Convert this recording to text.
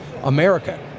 America